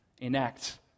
enact